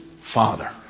father